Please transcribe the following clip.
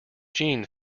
jeanne